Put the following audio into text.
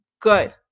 good